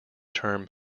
term